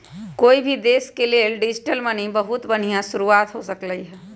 कोई भी देश के लेल डिजिटल मनी बहुत बनिहा शुरुआत हो सकलई ह